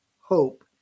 hope